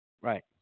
Right